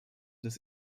des